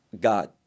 god